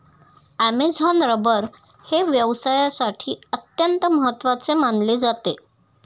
Amazon rubber हे व्यवसायासाठी अत्यंत महत्त्वाचे मानले जाते